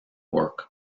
work